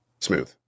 smooth